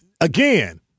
again